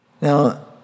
Now